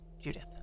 Judith